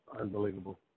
Unbelievable